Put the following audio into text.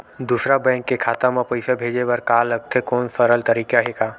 दूसरा बैंक के खाता मा पईसा भेजे बर का लगथे कोनो सरल तरीका हे का?